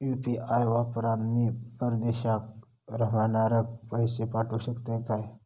UPI वापरान मी परदेशाक रव्हनाऱ्याक पैशे पाठवु शकतय काय?